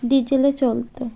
ডিজেলে চলত